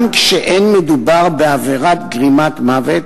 גם כשלא מדובר בעבירה של גרימת מוות,